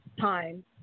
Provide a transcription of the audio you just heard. time